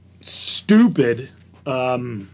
stupid